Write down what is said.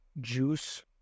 juice